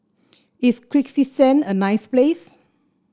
is Kyrgyzstan a nice place